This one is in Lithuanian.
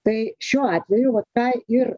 tai šiuo atveju vat tą ir